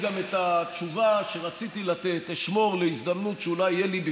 את התשובה שרציתי לתת אני אשמור להזדמנות שאולי תהיה לי,